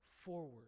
forward